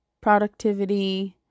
productivity